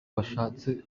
bashatse